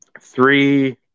three